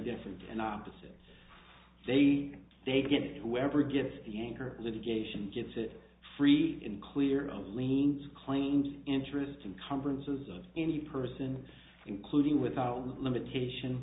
different and opposite they say get it where gets the anchor litigation gets it free and clear of liens claims interest and conferences of any person including without limitation